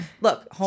Look